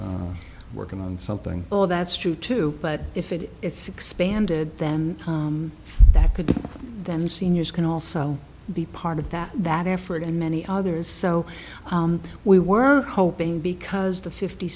are working on something oh that's true too but if it is it's expanded them that could be them seniors can also be part of that that effort and many others so we were hoping because the fifty